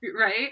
right